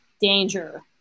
danger